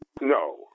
No